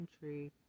Country